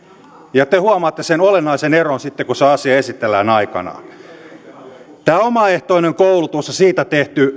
ja te huomaatte sen olennaisen eron sitten kun se asia esitellään aikanaan omaehtoinen koulutus ja siitä tehty